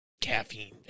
caffeine